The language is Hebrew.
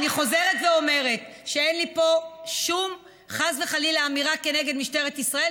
אני חוזרת ואומרת שאין לי פה שום אמירה כנגד משטרת ישראל,